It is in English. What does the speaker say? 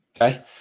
Okay